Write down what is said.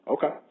Okay